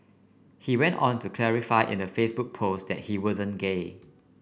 he went on to clarify in the Facebook post that he wasn't gay